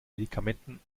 medikamenten